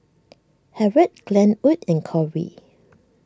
Harriett Glenwood and Corey